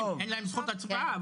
אין להם זכות הצבעה,